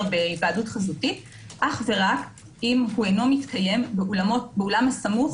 בהיוועדות חזותית רק אם הוא לא מתקיים באולם הסמוך,